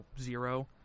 zero